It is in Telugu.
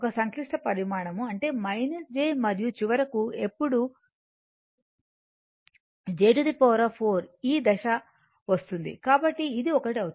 సంక్లిష్ట పరిమాణం అంటే j మరియు చివరకు ఎప్పుడు j 4 ఈ దశకు వస్తుంది కాబట్టి ఇది ఒకటి అవుతుంది